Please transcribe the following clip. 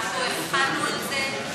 אנחנו הכנו את זה,